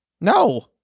No